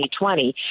2020